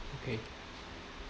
okay